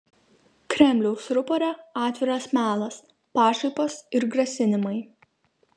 kremliaus rupore atviras melas pašaipos ir grasinimai